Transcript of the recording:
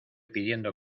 pidiendo